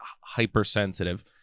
hypersensitive